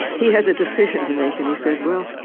he had the decision to make, and he said well,